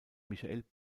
michael